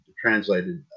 translated